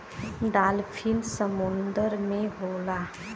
dolphin समुंदर में होला